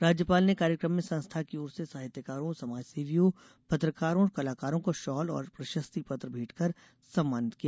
राज्यपाल ने कार्यक्रम में संस्था की ओर से साहित्यकारों समाजसेवियों पत्रकारों और कलाकारों को शाल और प्रशस्ति पत्र भेंट कर सम्मानित किया